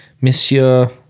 Monsieur